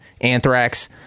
anthrax